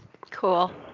Cool